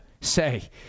say